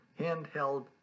handheld